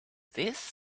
this